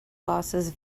losses